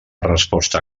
resposta